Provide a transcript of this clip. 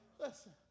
Listen